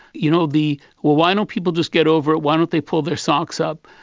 you know, the why don't people just get over it, why don't they pull their socks up?